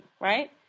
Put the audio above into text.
right